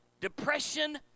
Depression